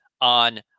on